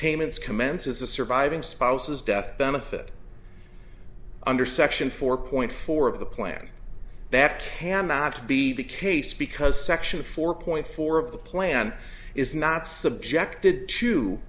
payments commences the surviving spouses death benefit under section four point four of the plan that ham not be the case because section four point four of the plan is not subjected to